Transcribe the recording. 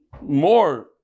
more